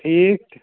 ٹھیٖک